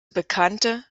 bekannte